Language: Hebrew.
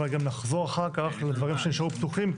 אבל גם נחזור אחר כך לדברים שנשארו פתוחים,